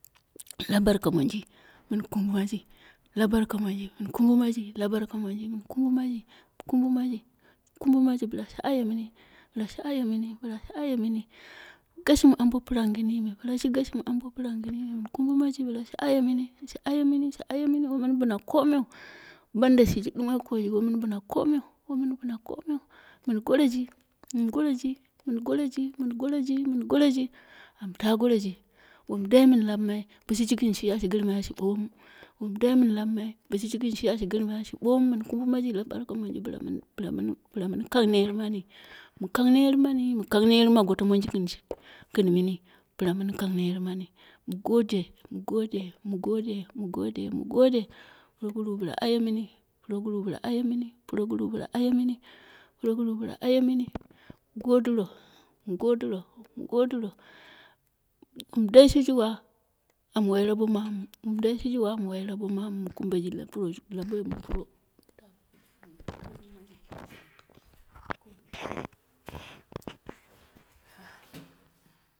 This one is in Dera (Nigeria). La barka monji mɨn kumbumaji, la barka monji mɨn kumbumaji, la barka monji mɨn kumbumaji, miln kumbumaji, kumbumaji kumbumaji bɨla shiji ayemɨni gashumu ambo pɨrangini me, bɨla shi gashumu ambo pɨra ngini me mɨn kumbumaji bɨla shi ayemɨni boshi ayemɨni woi mɨn bɨna komeu banda shiji ɗumo koji woi bɨna komeu, woi mɨn bɨna komeu mɨn goreji, mɨn goreji mɨn goreji, mɨn goreji, mɨn goreji amta goreji dai wom mɨn labma bo shiji gɨn shi ashi gɨrmai ashi ɓomu, wom dai mɨn labmai bo shiji gɨn shi ashi gɨrmai ashi ɓomu, la barka monji bɨla mɨn, bɨla mɨn, bɨla mɨn kang neet mani, mɨ kang neet mani mɨ kang neet ma goto mani gɨn shi gɨn mɨni bɨla mɨn kang neet mani, mɨ gode, mɨ gode, mɨ gode mai mɨ gode puroguruwu ayemɨni, puroguruwu bɨla ayemɨ ni, puroguruwu bɨla ayemɨni puroguruwu bɨla ayemɨni, mɨ goduro, mɨ godɨro, mɨ godɨro wom dai shiji wa am wai ŋabo mamu, wom dai shiji wa am wai zabo mamu mɨ kumbeji la bo la puro.